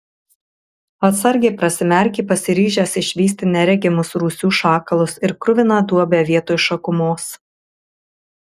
atsargiai prasimerkė pasiryžęs išvysti neregimus rūsių šakalus ir kruviną duobę vietoj šakumos